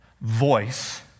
voice